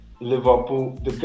Liverpool